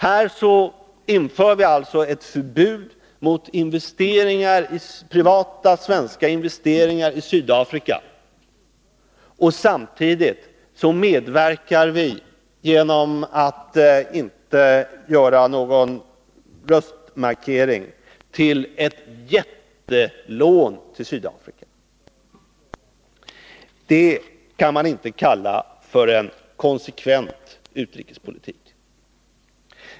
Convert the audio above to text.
Här inför vi ett förbud mot privata svenska investeringar i Sydafrika, samtidigt som vi, genom att inte göra någon röstmarkering, medverkar till ett jättelån till Sydafrika. Det kan man inte kalla för en konsekvent utrikespolitik.